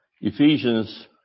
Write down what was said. Ephesians